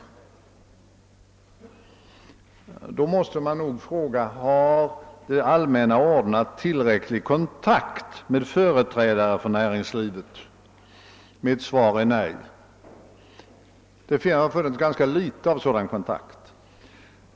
I så fall måste man nog fråga: Har det allmänna ordnat tillräcklig kontakt med företrädare för näringslivet? Mitt svar är nej. Det har funnits ganska litet av sådan kontakt.